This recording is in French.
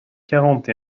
quarante